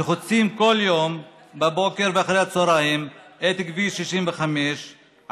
שחוצים כל יום בבוקר ואחרי הצוהריים את כביש 65 על